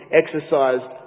exercised